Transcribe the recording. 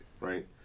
right